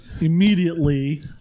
immediately